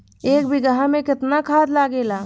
एक बिगहा में केतना खाद लागेला?